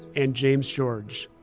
and james george.